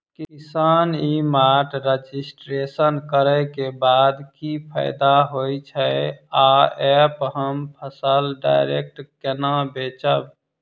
किसान e mart registration करै केँ बाद की फायदा होइ छै आ ऐप हम फसल डायरेक्ट केना बेचब?